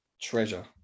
treasure